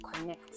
connect